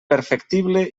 perfectible